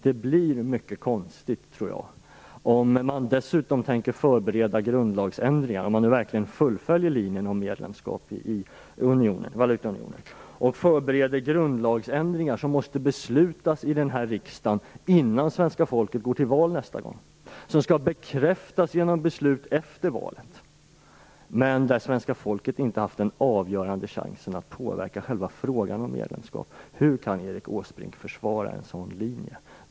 Det blir mycket konstigt om man dessutom tänker förbereda grundlagsändringar - om man nu verkligen fullföljer linjen om medlemskap i valutaunionen - som måste beslutas i denna riksdag innan svenska folket går till val nästa gång, vilka skall bekräftas genom beslut efter valet. Här får svenska folket inte den avgörande chansen att påverka själva frågan om medlemskap. Hur kan Erik Åsbrink försvara en sådan linje?